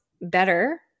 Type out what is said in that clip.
better